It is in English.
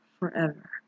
forever